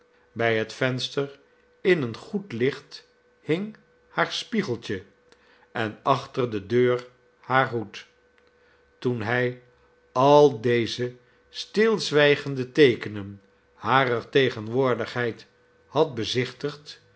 bij het venster in een goed licht hing haar spiegeltje en achter de deur haar hoed toen hij al deze stilzwijgende teekenen harer tegenwoorheid had bezichtigd